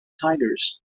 tigers